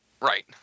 Right